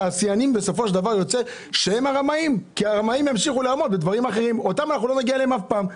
ואל הרמאים אנחנו לא נגיע אף פעם.